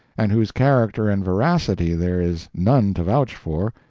and whose character and veracity there is none to vouch for,